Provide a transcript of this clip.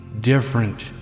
different